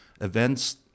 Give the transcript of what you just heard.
events